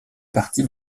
parties